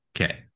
Okay